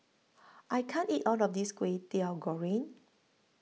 I can't eat All of This Kway Teow Goreng